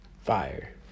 fire